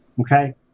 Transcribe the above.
Okay